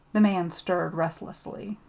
the man stirred restlessly.